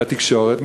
בתקשורת,